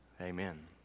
amen